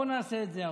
בוא נעשה את זה עוד.